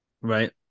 Right